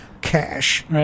cash